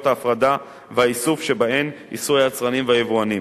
ההפרדה והאיסוף שבהן יישאו היצרנים והיבואנים.